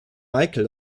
michael